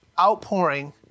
outpouring